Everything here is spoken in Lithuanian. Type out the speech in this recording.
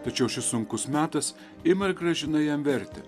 tačiau šis sunkus metas ima ir grąžina jam vertę